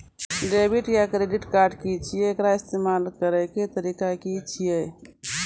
Debit या credit card की छियै? एकर इस्तेमाल करैक तरीका की छियै?